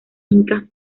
incas